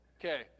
Okay